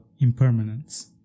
impermanence